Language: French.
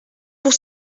pour